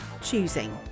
choosing